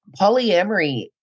polyamory